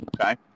okay